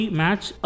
match